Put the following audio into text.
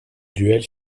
duel